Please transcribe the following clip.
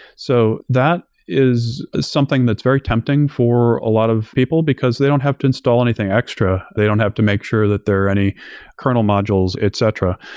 so that is something that's very tempting for a lot of people, because they don't have to install anything extra. they don't have to make sure that there are any kernel modules, etc,